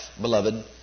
beloved